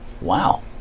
Wow